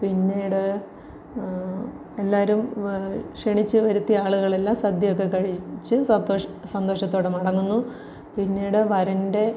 പിന്നീട് എല്ലാവരും ക്ഷണിച്ച് വരുത്തിയ ആളുകളെല്ലാം സദ്യയൊക്കെ കഴിച്ച് സന്തോഷം സന്തോഷത്തോടെ മടങ്ങുന്നു പിന്നീട് വരൻ്റെ